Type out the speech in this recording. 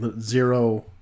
zero